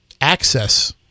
access